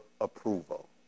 approval